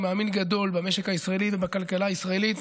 מאמין גדול במשק הישראלי ובכלכלה הישראלית.